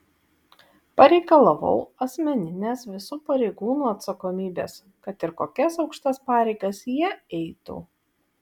pareikalavau asmeninės visų pareigūnų atsakomybės kad ir kokias aukštas pareigas jie eitų